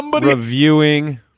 reviewing